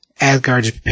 Asgard